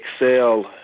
excel